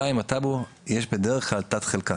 ב', בטאבו יש בדרך כלל תת חלקה.